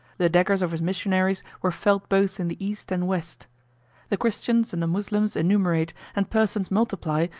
the daggers of his missionaries were felt both in the east and west the christians and the moslems enumerate, and persons multiply,